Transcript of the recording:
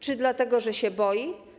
Czy dlatego, że się boi?